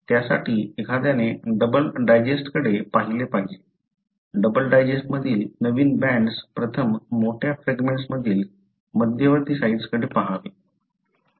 त्यासाठी एखाद्याने डबल डायजेस्टकडे पाहिले पाहिजे डबल डायजेस्ट मधील नवीन बँड्स प्रथम मोठ्या फ्रॅगमेंटमधील मध्यवर्ती साइट्सकडे पहावे